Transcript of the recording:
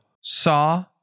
saw